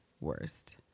worst